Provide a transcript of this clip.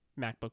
MacBook